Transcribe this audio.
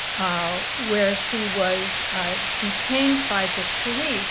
ah where she was ah detained by the police